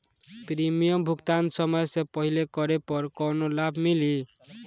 Premium भुगतान समय से पहिले करे पर कौनो लाभ मिली?